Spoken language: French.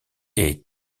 est